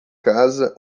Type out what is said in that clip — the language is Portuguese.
casa